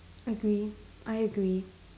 agree I agree